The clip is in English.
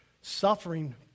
suffering